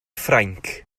ffrainc